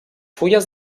fulles